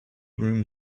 room